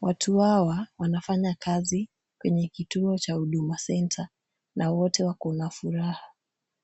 Watu hawa wanafanya kazi kwenye kituo cha Huduma Centre na wote wako na furaha.